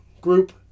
group